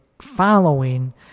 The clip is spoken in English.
following